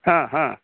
हा हा